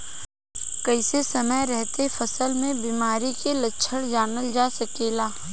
कइसे समय रहते फसल में बिमारी के लक्षण जानल जा सकेला?